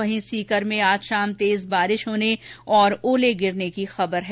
वहीं सीकर में आज शाम तेज बारिश होने और ओले गिरने की खबर है